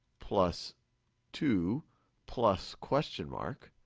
plus two plus question mark,